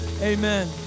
Amen